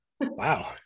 Wow